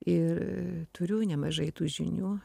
ir turiu nemažai tų žinių